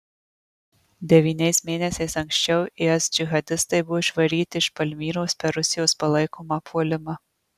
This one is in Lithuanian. devyniais mėnesiais anksčiau is džihadistai buvo išvaryti iš palmyros per rusijos palaikomą puolimą